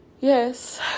yes